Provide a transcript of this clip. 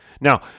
Now